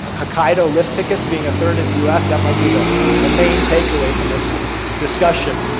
hokkaido lift tickets being a third of the us, that might be the the main takeaway from this discussion.